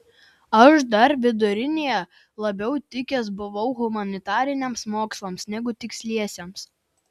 aš dar vidurinėje labiau tikęs buvau humanitariniams mokslams negu tiksliesiems